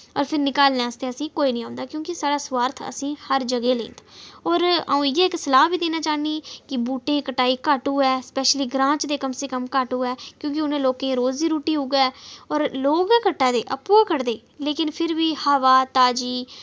असें निकालने आस्तै कोई नेईं औंदा क्योंकि स्वार्थ असें हर जगह् लेईं दा और आ'ऊं इ'यै इक सलाह बी देना चाह्नी कि बूह्टे कटाई घट होऐ सपैशली ग्रां च कम से कम घट होऐ क्योंकि उनें लोकें रोजी रुट्टी उ'यै ऐ और लोक गै कट्टा दे आपुं गै कट दे लेकिन फिर बी हवा ताजी